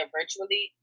virtually